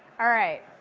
all right,